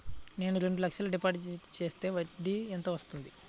నేను రెండు లక్షల డిపాజిట్ చేస్తే వడ్డీ ఎంత వస్తుంది?